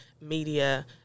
media